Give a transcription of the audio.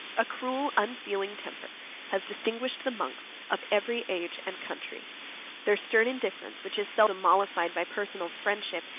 a cruel, unfeeling temper has distinguiseed the monks of every age and country their stern indifference, which is seldom mollified by personal friendship,